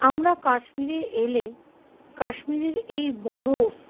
আমরা কাশ্মীরে এলে কাশ্মীরের এই বরফ